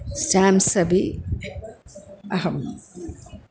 stamps अपि अहम्